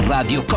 Radio